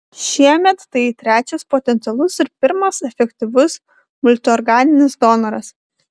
šiemet tai trečias potencialus ir pirmas efektyvus multiorganinis donoras